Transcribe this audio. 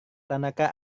tanaka